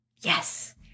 Yes